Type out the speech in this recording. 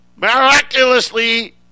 Miraculously